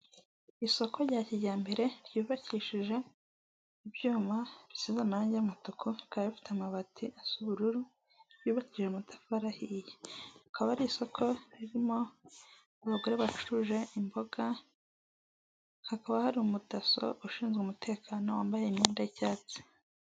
Isoko rya kijyambere ryubakishije ibyuma bisiza amarange y'umutuku bikaba bifite amabati asa ubururu yubakishije amatafa arihiye akaba ari isoko ririmo abagore bacuruje imboga, hakaba hari umudaso ushinzwe umutekano wambaye imyenda y'icyatsi.